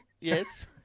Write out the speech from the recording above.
yes